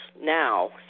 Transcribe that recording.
now